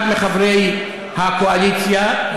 אחד מחברי הקואליציה,